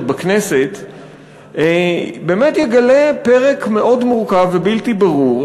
בכנסת באמת יגלה פרק מאוד מורכב ובלתי ברור,